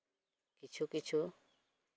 ᱠᱤᱪᱷᱩ ᱠᱤᱪᱷᱩ